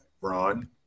Ron